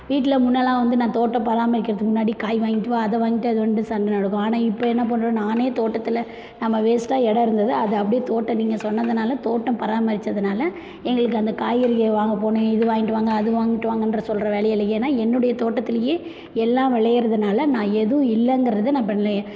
வீட்டில் முன்னெல்லாம் வந்து நான் தோட்டம் பராமரிக்கிறதுக்கு முன்னாடி காய் வாங்கிட்டு வா அதை வாங்கிட்டு அது வந்துட்டு சண்டை நடக்கும் ஆனால் இப்போ என்ன பண்ணுறோம் நானே தோட்டத்தில் நம்ம வேஸ்ட்டாக இடம் இருந்தது அதை அப்படியே தோட்டம் நீங்கள் சொன்னதுனால தோட்டம் பராமரித்ததுனால எங்களுக்கு அந்த காய்கறியை வாங்க போகணும் இது வாங்கிட்டு வாங்க அது வாங்கிட்டு வாங்கன்ற சொல்கிற வேலையே இல்லை ஏன்னா என்னுடைய தோட்டத்துலேயே எல்லாம் விளையிறதுனால நான் எதுவும் இல்லைங்கிறது நம்ம